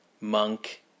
monk